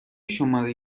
شماره